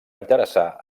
interessar